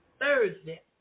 Thursday